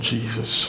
Jesus